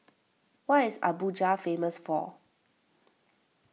what is Abuja famous for